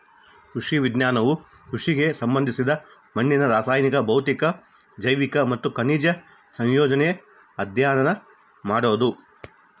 ಕೃಷಿ ವಿಜ್ಞಾನವು ಕೃಷಿಗೆ ಸಂಬಂಧಿಸಿದ ಮಣ್ಣಿನ ರಾಸಾಯನಿಕ ಭೌತಿಕ ಜೈವಿಕ ಮತ್ತು ಖನಿಜ ಸಂಯೋಜನೆ ಅಧ್ಯಯನ ಮಾಡೋದು